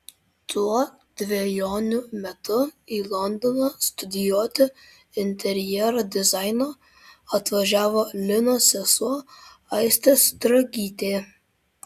tuo dvejonių metu į londoną studijuoti interjero dizaino atvažiavo linos sesuo aistė stragytė